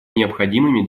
необходимыми